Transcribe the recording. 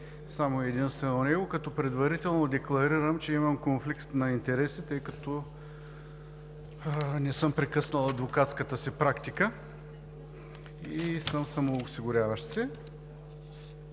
само и единствено него, като предварително декларирам, че имам конфликт на интереси, тъй като не съм прекъснал адвокатската си практика и съм самоосигуряващ